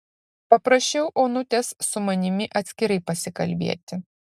paprašiau onutės su manimi atskirai pasikalbėti